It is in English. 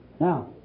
Now